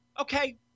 Okay